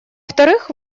вторых